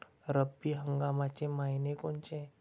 रब्बी हंगामाचे मइने कोनचे?